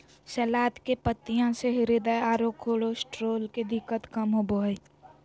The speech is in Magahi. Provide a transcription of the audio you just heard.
सलाद के पत्तियाँ से हृदय आरो कोलेस्ट्रॉल के दिक्कत कम होबो हइ